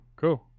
cool